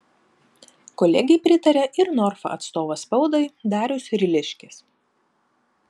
kolegei pritarė ir norfa atstovas spaudai darius ryliškis